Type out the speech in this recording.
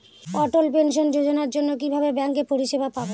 অটল pension যোজনার জন্য কিভাবে ব্যাঙ্কে পরিষেবা পাবো?